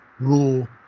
rule